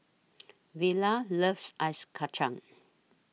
Vella loves Ice Kacang